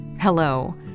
hello